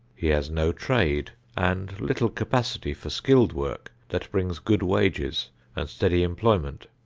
he has no trade and little capacity for skilled work that brings good wages and steady employment.